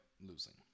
losing